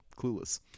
clueless